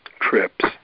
trips